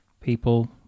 people